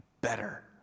better